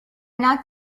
not